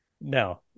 no